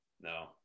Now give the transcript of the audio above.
No